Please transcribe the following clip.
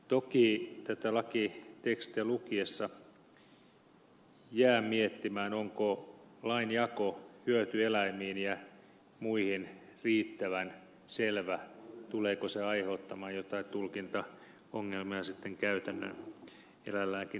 toki tätä lakitekstiä lukiessa jää miettimään onko lain jako hyötyeläimiin ja muihin riittävän selvä tuleeko se aiheuttamaan jotain tulkintaongelmia käytännön eläinlääkintähuollossa